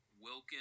Wilkins